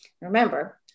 Remember